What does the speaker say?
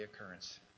occurrence